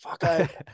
fuck